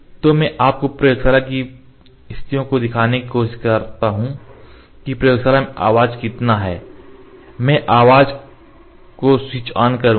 तो मैं आपको प्रयोगशाला की स्थितियों को दिखाने की कोशिश करता हूं कि प्रयोगशाला में आवाज कितना है मैं आवाज को स्विच ऑन करूंगा